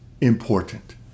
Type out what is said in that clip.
important